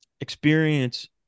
Experience